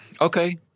Okay